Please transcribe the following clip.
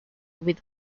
with